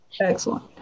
Excellent